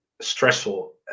stressful